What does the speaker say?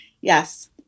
yes